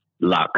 Luck